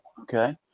okay